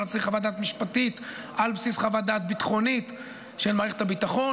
אבל צריך חוות דעת משפטית על בסיס חוות דעת ביטחונית של מערכת הביטחון.